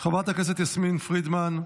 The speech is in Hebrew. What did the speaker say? חברת הכנסת יסמין פרידמן,